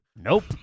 Nope